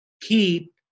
keep